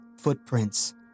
footprints